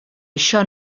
això